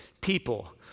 people